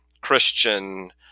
Christian